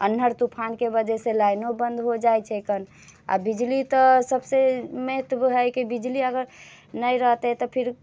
अन्धर तूफानके वजहसँ लाइनो बन्द हो जाइत छैकन आ बिजली तऽ सभसँ महत्व हइ कि बिजली अगर नहि रहतै तऽ फेर